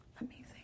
amazing